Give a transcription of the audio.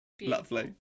lovely